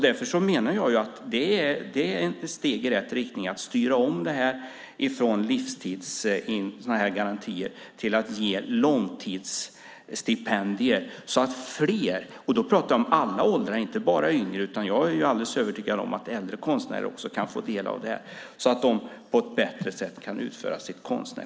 Därför menar jag att det är ett steg i rätt riktning att styra om från livstidsgarantier till långtidsstipendier så att fler kan utföra sitt konstnärskap på ett bättre sätt. Och då pratar jag om alla åldrar, inte bara yngre. Jag är alldeles övertygad om att också äldre konstnärer kan få del av det här.